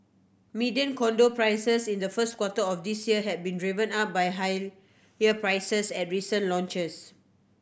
median condo prices in the first quarter of this year have been driven up by higher prices at recent launches